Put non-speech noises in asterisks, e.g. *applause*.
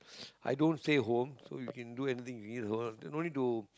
*breath* i don't stay home so you can do anything you need also lah no need to